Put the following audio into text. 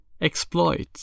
Exploit